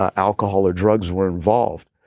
ah alcohol or drugs were involved.